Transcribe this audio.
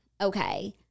okay